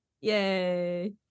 Yay